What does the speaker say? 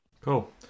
cool